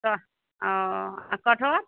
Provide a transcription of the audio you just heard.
तऽ ओ आ कटहर